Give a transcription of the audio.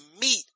meet